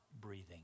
breathing